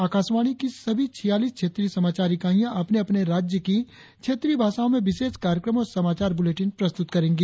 आकाशवाणी की सभी छियालीस क्षेत्रीय समाचार इकाईयां अपने अपने राज्य की क्षेत्रीय भाषाओं में विशेष कार्यक्रम और समाचार बुलेटिन प्रस्तुत करेगी